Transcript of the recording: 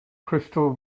crystal